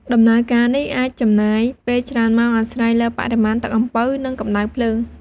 ដំណើរការនេះអាចចំណាយពេលច្រើនម៉ោង អាស្រ័យលើបរិមាណទឹកអំពៅ និងកម្ដៅភ្លើង។